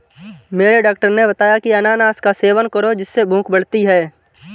मेरे डॉक्टर ने बताया की अनानास का सेवन करो जिससे भूख बढ़ती है